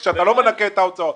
אתה לא מנכה את ההוצאות.